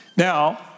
Now